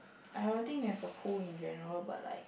I don't think as a whole in general but like